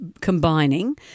combining